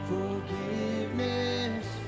Forgiveness